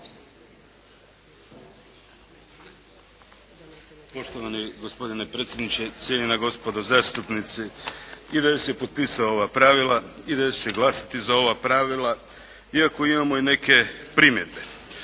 Poštovani gospodine predsjedniče, cijenjena gospodo zastupnici. IDS je potpisao ova pravila, IDS će glasati za ova pravila iako imamo i neke primjedbe.